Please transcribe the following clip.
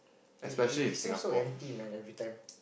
it it seems so empty man every time